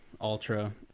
ultra